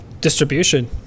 Distribution